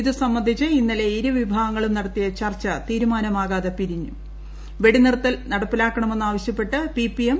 ഇത് സംബന്ധിച്ച് ഇന്നലെ ഇരുവിഭാഗങ്ങളും നടത്തിയ ചർച്ച തീരുമാനമാകാതെ വെടിനിർത്ത്ൽ നടപ്പിലാക്കണമെന്ന് ആവശ്യപ്പെട്ട് പിരിഞ്ഞു